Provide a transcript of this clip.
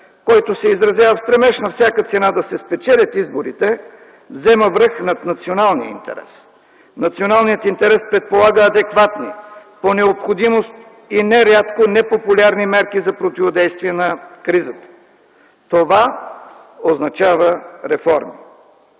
който се изразява в стремеж на всяка цена да се спечелят изборите, взема връх над националния. Националният интерес предполага адекватни, по необходимост и нерядко непопулярни мерки за противодействие на кризата. Това означава реформи.